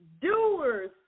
doers